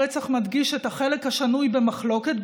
הרצח מדגיש את החלק השנוי במחלוקת,